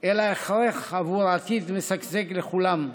אלא הכרח עבור עתיד משגשג לכולם.